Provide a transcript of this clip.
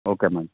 okay madam